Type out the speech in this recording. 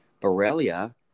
Borrelia